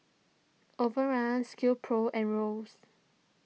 Overrun Skill Pro and Royce